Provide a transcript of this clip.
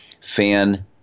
fan